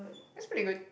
that's pretty good